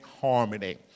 harmony